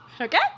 Okay